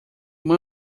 man